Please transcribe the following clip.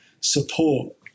support